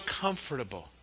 comfortable